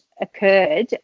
occurred